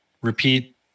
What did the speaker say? repeat